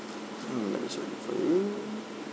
mm let me check it for you